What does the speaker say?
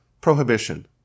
prohibition